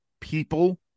people